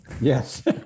Yes